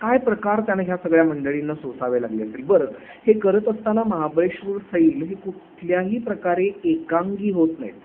काय प्रकार त्यांना ह्या सगळ्या मंडळींना सोसावे लागले असेल बरं हे करत असताना महाबळेश्वर सैल हे कुठल्याही प्रकारे एकांगी होत नाही आहेत